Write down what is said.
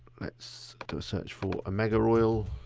let's search for a omega oil.